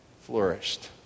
flourished